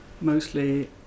mostly